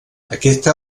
aquesta